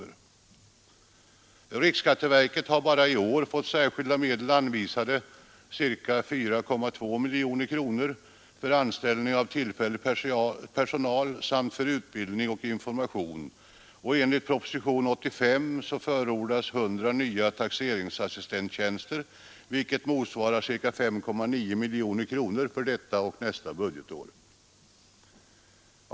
Riksskatteverket har bara i år fått särskilda medel anvisade — ca 4,2 miljoner kronor — för anställning av tillfällig personal samt för utbildning och information, och enligt proposition nr 85 förordas 100 nya taxeringsassistentstjänster, vilket motsvarar ca 5,9 miljoner kronor för detta och nästa budgetår.